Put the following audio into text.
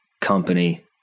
company